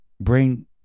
brain